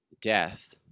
death